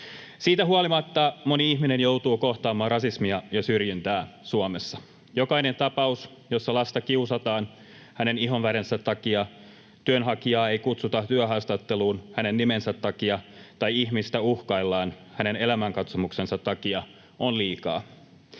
Siitä huolimatta moni ihminen joutuu kohtaamaan rasismia ja syrjintää Suomessa. Jokainen tapaus, jossa lasta kiusataan hänen ihonvärinsä takia, työnhakijaa ei kutsuta työhaastatteluun hänen nimensä takia tai ihmistä uhkaillaan hänen elämänkatsomuksensa takia, on liikaa.